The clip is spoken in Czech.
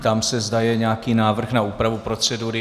Ptám se, zda je nějaký návrh na úpravu procedury?